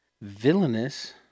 villainous